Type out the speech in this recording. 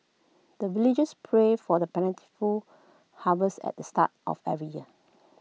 the villagers pray for the plentiful harvest at the start of every year